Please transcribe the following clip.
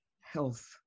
health